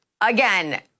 again